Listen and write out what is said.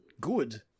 good